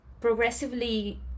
progressively